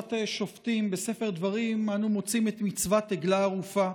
בפרשת שופטים בספר דברים אנו מוצאים את מצוות עגלה ערופה,